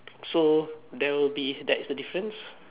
so there will be that is the difference